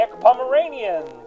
Pomeranians